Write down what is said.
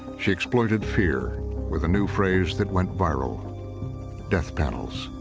she exploited fear with a new phrase that went viral death panels.